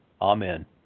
Amen